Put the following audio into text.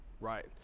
Right